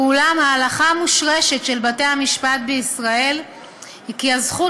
ואולם ההלכה המושרשת של בתי-המשפט בישראל היא כי הזכות